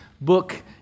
book